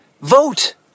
Vote